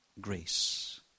grace